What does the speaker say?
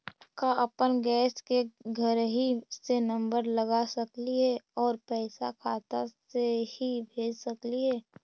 का अपन गैस के घरही से नम्बर लगा सकली हे और पैसा खाता से ही भेज सकली हे?